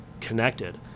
connected